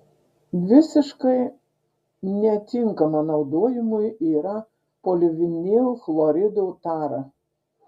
visiškai netinkama naudojimui yra polivinilchlorido tara